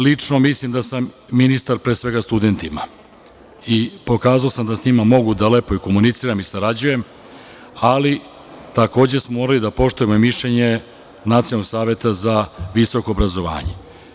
Lično mislim da sam ministar pre svega studentima i pokazao sam da s njima mogu da lepo i komuniciram i sarađujem, ali takođe moramo da poštujemo i mišljenje Nacionalnog saveta za visoko obrazovanje.